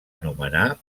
anomenar